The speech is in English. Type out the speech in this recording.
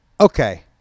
Okay